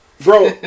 Bro